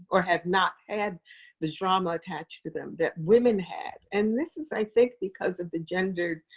or have not had the drama attached to them that women had. and this is i think, because of the gendered